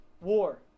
war